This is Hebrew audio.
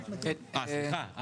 סליחה.